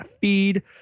feed